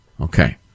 Okay